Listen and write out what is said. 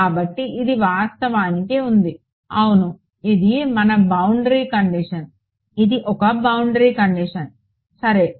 కాబట్టి ఇది వాస్తవానికి ఉంది అవును ఇది మన బౌండరీ కండిషన్ ఇది ఒక బౌండరీ కండిషన్ సరే